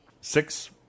six